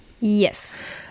Yes